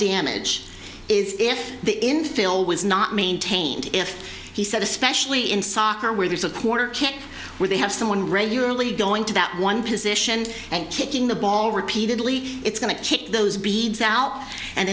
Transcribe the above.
damage is if the infill was not maintained if he said especially in soccer where there's a corner kick where they have someone regularly going to that one position and kicking the ball repeatedly it's going to kick those beads out and